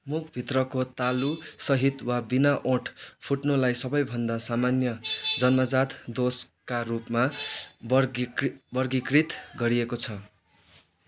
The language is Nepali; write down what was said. मुख भित्रको तालु सहित वा बिना ओठ फुट्नुलाई सबै भन्दा सामान्य जन्मजात दोषका रूपमा वर्गीकृ वर्गीकृत गरिएको छ